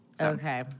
Okay